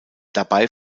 dabei